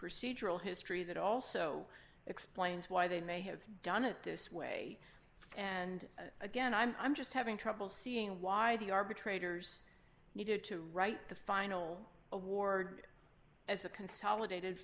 procedural history that also explains why they may have done it this way and again i'm just having trouble seeing why the arbitrators needed to write the final award as a consolidated